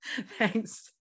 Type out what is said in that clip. Thanks